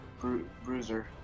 Bruiser